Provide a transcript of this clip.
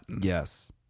Yes